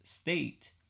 state